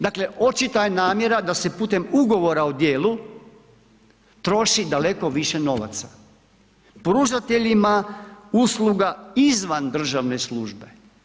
Dakle očita je namjera da se putem ugovora o djelu troši daleko više novaca pružateljima usluga izvan državne službe.